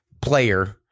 player